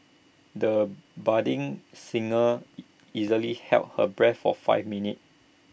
the budding singer easily held her breath for five minutes